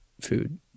food